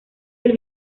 del